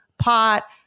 pot